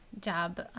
job